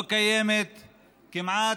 לא קיימת כמעט,